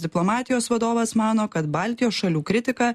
diplomatijos vadovas mano kad baltijos šalių kritika